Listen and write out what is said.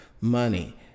money